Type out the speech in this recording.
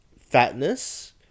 fatness